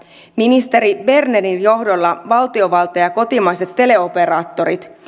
ministeri bernerin johdolla valtiovalta ja ja kotimaiset teleoperaattorit